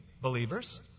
believers